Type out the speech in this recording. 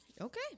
Okay